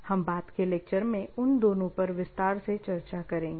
हम बाद के लेक्चर में उन दोनों पर विस्तार से चर्चा करेंगे